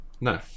No